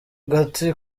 gati